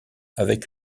avec